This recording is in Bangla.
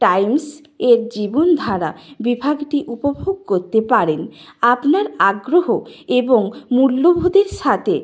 টাইমস এর জীবনধারা বিভাগটি উপভোগ করতে পারেন আপনার আগ্রহ এবং মূল্যবোধের সাথে